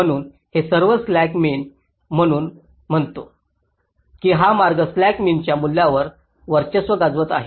म्हणून हे सर्व स्लॅक मीन म्हणून म्हणतो आहे की हा मार्ग स्लॅक मीनच्या मूल्यावर वर्चस्व गाजवत आहे